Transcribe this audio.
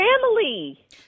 family